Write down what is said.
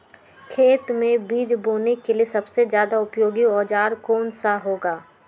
खेत मै बीज बोने के लिए सबसे ज्यादा उपयोगी औजार कौन सा होगा?